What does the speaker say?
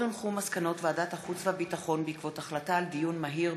מסקנות ועדת החוץ והביטחון בעקבות דיון מהיר